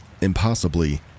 impossibly